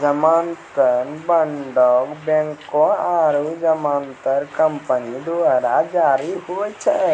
जमानत बांड बैंको आरु जमानत कंपनी द्वारा जारी होय छै